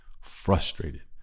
frustrated